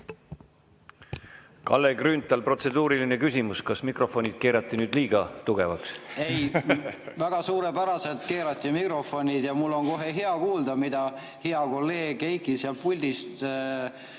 Kalle Grünthal, protseduuriline küsimus. Kas mikrofonid keerati nüüd liiga tugevaks? (Naer.) Ei, väga suurepäraselt keerati mikrofonid ja mul on kohe hea kuulda, mida hea kolleeg Heiki sealt puldist